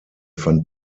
fand